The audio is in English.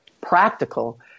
practical